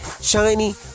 shiny